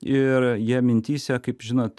ir jie mintyse kaip žinot